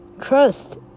trust